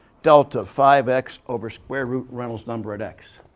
delta, five x over square root reynolds number at x.